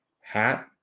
hat